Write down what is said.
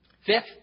Fifth